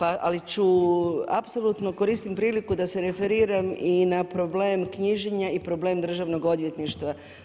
Ali apsolutno koristim priliku da se referiram i na problem knjiženja i problem Državnog odvjetništva.